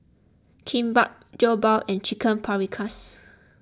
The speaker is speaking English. Kimbap Jokbal and Chicken Paprikas